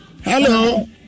Hello